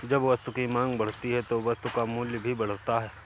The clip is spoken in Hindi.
जब वस्तु की मांग बढ़ती है तो वस्तु का मूल्य भी बढ़ता है